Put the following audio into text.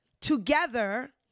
together